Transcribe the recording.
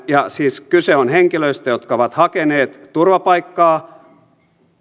ja siis kyse on henkilöistä jotka ovat hakeneet turvapaikkaa